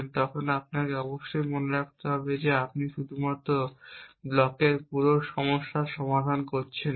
তখন আপনাকে অবশ্যই মনে রাখতে হবে যে আপনি শুধুমাত্র ব্লকের পুরো সমস্যার সমাধান করছেন না